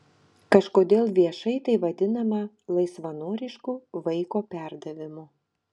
kažkodėl viešai tai vadinama laisvanorišku vaiko perdavimu